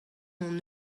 hon